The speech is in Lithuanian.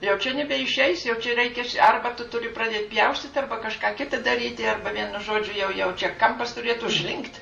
jau čia nebeišeis jau čia reikia čia arba tu turi pradėt pjaustyt arba kažką kitą daryti arba vienu žodžiu jau jau čia kampas turėtų užlinkt